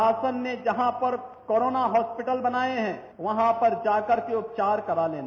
शासन ने जहां पर कोरोना हास्पिटल बनाये हैं वहां पर जाकर के उपचार करा लेना